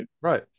right